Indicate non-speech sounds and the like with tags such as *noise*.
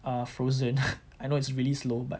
err frozen *laughs* I know it's really slow but